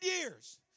years